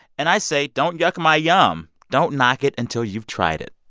and i say, don't yuck my yum. don't knock it until you've tried it.